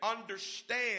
understand